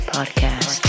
Podcast